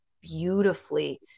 beautifully